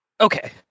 Okay